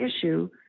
issue